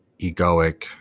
egoic